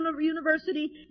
University